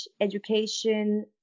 education